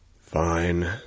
Fine